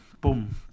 boom